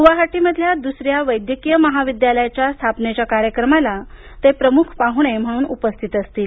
गुवाहाटीमधल्या दुसऱ्या वैद्यकीय महाविद्यालयाच्या स्थापनेच्या कार्यक्रमाला ते प्रमुख पाहुणे म्हणून उपस्थित असतील